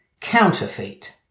Counterfeit